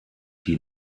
die